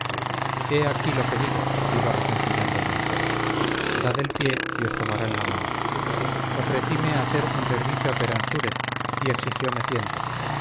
he aquí lo que digo iba refunfuñando el montero dad el pie y os tomarán la mano ofrecíme a hacer un servicio a peransúrez y exigióme ciento